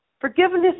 Forgiveness